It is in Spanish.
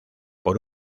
por